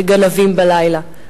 כגנבים בלילה.